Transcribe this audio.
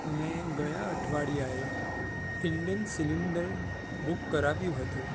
મેં ગયા અઠવાડિયે ઇન્ડેન સિલિન્ડર બુક કરાવ્યું હતું